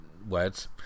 words